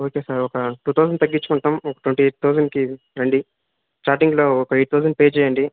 okay sir ఒక two thousand తగ్గించుకుంటాం twenty eight థౌజండ్కి రండి స్టార్టింగ్లో ఒక ఎయిట్ థౌజండ్ పే చేయండి